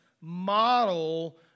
model